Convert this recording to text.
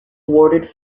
thwarted